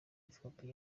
vumbi